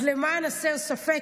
אז למען הסר ספק,